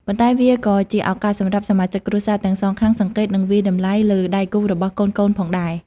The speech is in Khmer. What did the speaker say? ប៉ុន្តែវាក៏ជា ឱកាសសម្រាប់សមាជិកគ្រួសារទាំងសងខាងសង្កេត និងវាយតម្លៃ លើដៃគូរបស់កូនៗផងដែរ។